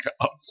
up